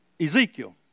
Ezekiel